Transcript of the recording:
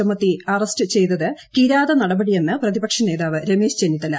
ചുമത്തി അറസ്റ്റ് ചെയ്തത് കിരാത നടപടിയെന്ന് പ്രതിപക്ഷ നേതാവ് രമേശ് ചെന്നിത്തല